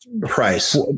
price